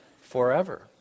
forever